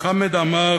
חמד עמאר,